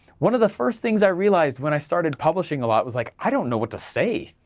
one of the first things i realized when i started publishing a lot was like i don't know what to say,